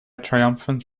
triumphant